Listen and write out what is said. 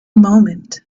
moment